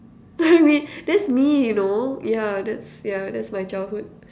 anyway that's me you know yeah yeah that's my childhood